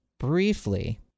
briefly